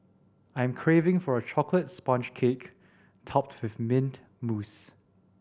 I am craving for a chocolate sponge cake topped with mint mousse